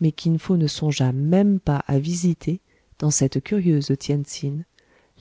mais kin fo ne songea même pas à visiter dans cette curieuse tien tsin